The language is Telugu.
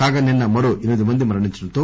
కాగా నిన్న మరో ఎనిమిది మంది మరణించటంతో